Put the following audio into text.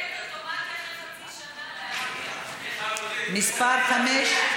גט אוטומטי אחרי חצי שנה, מס' 5,